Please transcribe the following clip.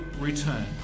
return